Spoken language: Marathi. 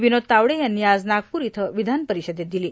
विनोद तावडे यांनी आज नागपूर इयं वियानपरिषदेत दिली